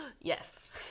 Yes